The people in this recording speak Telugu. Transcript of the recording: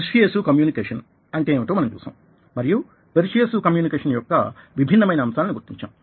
పెర్స్యుయేసివ్ కమ్యూనికేషన్ అంటే ఏమిటో మనం చూసాము మరియు పెర్స్యుయేసివ్ కమ్యూనికేషన్ యొక్క విభిన్నమైన అంశాలని గుర్తించాం